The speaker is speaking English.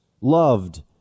loved